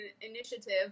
initiative